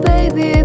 Baby